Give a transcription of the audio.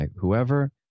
whoever